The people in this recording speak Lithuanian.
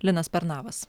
linas pernavas